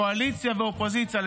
קואליציה ואופוזיציה,